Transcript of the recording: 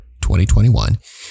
2021